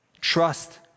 trust